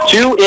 Two